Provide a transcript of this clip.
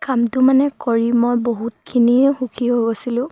কামটো মানে কৰি মই বহুতখিনিয়ে সুখী হৈ গৈছিলোঁ